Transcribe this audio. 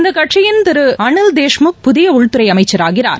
இந்த கட்சியின் திரு அனில் தேஷ்முக் புதிய உள்துறை அமைச்சராகிறார்